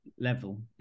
level